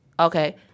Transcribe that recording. Okay